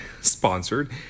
sponsored